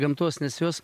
gamtos nes jos